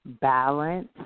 balance